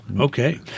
Okay